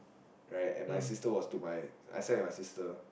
right and my sister was to my I slept with my sister